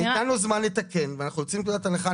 ניתן לו זמן לתקן ואנחנו יוצאים מנקודת הנחה,